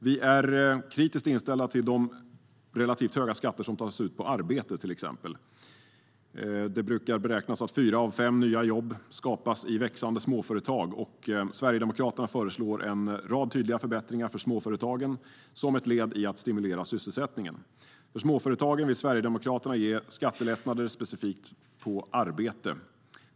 Vi är till exempel kritiskt inställda till de relativt höga skatter som tas ut på arbete. Det brukar beräknas att fyra av fem nya jobb skapats i växande småföretag. Sverigedemokraterna föreslår därför en rad tydliga förbättringar för småföretagen som ett led i att stimulera sysselsättningen. Till småföretagen vill Sverigedemokraterna ge skattelättnader specifikt på arbete.